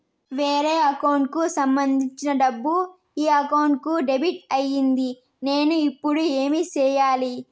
వేరే అకౌంట్ కు సంబంధించిన డబ్బు ఈ అకౌంట్ కు డెబిట్ అయింది నేను ఇప్పుడు ఏమి సేయాలి